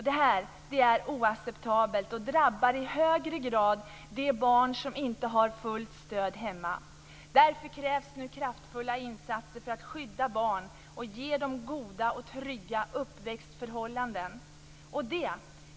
Det här är oacceptabelt och drabbar i högre grad de barn som inte har fullt stöd hemma. Därför krävs nu kraftfulla insatser för att skydda barn och ge dem goda och trygga uppväxtförhållanden.